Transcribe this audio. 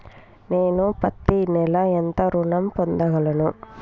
నేను పత్తి నెల ఎంత ఋణం పొందగలను?